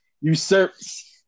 usurps